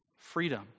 freedom